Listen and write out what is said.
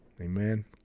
Amen